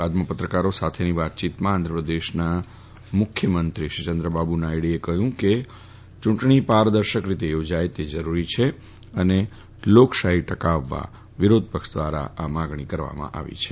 બાદમાં પત્રકારો સાથેની વાતચીતમાં આંધ્રપ્રદેશમાં મુખ્યમંત્રી શ્રી ચંદ્રાબાબુ નાયડુએ કહ્યું કે ચુંટણી પારદર્શક રીતે યોજાય તે જરૂરી છે અને લોકશાહી ટકાવવા વિરોધપક્ષ દ્વારા માંગણી કરવામાં આવી છે